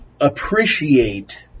appreciate